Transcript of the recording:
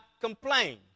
complain